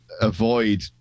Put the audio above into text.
avoid